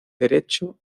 derecho